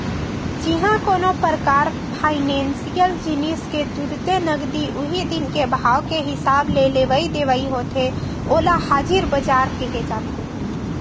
जिहाँ कोनो परकार फाइनेसियल जिनिस के तुरते नगदी उही दिन के भाव के हिसाब ले लेवई देवई होथे ओला हाजिर बजार केहे जाथे